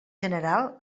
general